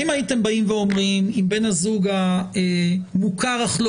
אם הייתם באים ואומרים שאם בן הזוג מוכר אך לא